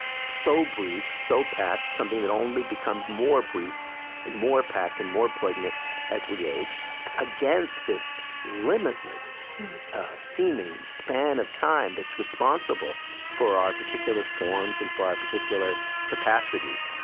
so brief, so packed something that only becomes more brief and more packed and more poignant as we age against this limitless-seeming span of time that's responsible for our particular forms and for our particular capacities.